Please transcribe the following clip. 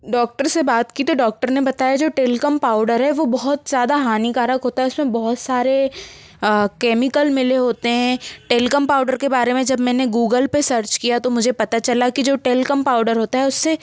doctor से बात की तो डॉक्टर ने बताया जो टेल्कम पाउडर है वो बहुत ज़्यादा हानिकारक होता है उसमे बहुत सारे केमिकल मिले होते है टेल्कम पाउडर के बारे मे जब मैंने गूगल पे सर्च किया तो मुझे पता चला की जो टेल्कम पाउडर होता है उससे